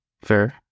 Fair